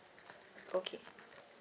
okay